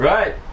Right